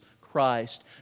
Christ